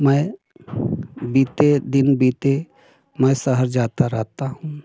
मैं बीते दिन बीते मैं शहर जाता रहता हूँ